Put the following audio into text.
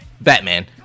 Batman